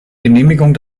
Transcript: genehmigung